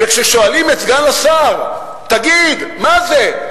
וכששואלים את סגן השר: תגיד, מה זה?